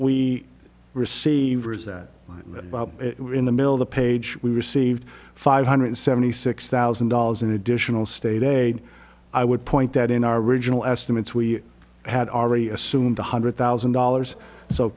we receivers that were in the middle of the page we received five hundred seventy six thousand dollars in additional state a i would point out in our original estimates we had already assumed one hundred thousand dollars so